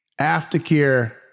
aftercare